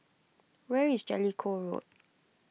where is Jellicoe Road